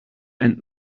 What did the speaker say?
and